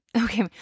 okay